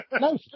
No